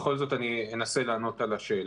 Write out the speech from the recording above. בכל זאת אני אנסה לענות על השאלה.